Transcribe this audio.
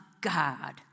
God